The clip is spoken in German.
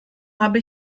habe